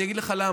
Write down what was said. אני אגיד לך למה: